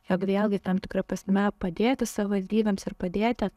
jog vėlgi tam tikra prasme padėti savivaldybėms ir padėti